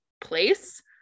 place